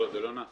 לא, זה לא נעשה.